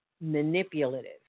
manipulative